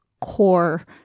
core